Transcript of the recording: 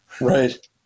Right